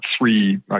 three